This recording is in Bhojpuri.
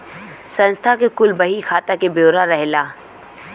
संस्था के कुल बही खाता के ब्योरा रहेला